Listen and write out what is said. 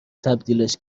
تبدیلش